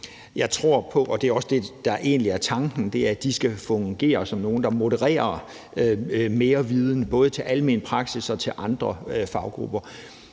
er første step. Det, der egentlig også er tanken, er, at de skal fungere, som nogle, der faciliterer mere viden, både til almen praksis og til andre faggrupper,